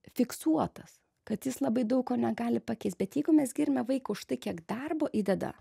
fiksuotas kad jis labai daug ko negali pakeist bet jeigu mes giriame vaiką už tai kiek darbo įdeda